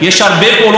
אחת מהן,